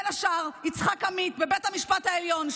בין השאר של השופט יצחק עמית ובית המשפט העליון,